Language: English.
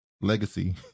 legacy